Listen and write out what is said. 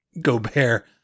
Gobert